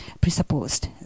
presupposed